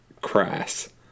crass